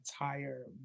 entire